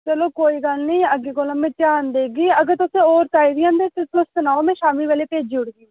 चलो कोई गल्ल नीं अग्गें कोलां में ध्यान देगी अगर तुसेंगी चाहिदी ते तुस सनाओ में शामीं भेजी औड़गी